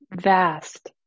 vast